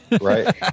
right